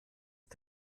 die